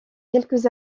quelques